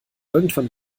irgendwann